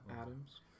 Adams